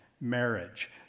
marriage